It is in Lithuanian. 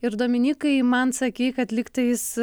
ir dominykai man sakei kad lygtais